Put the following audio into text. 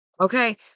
Okay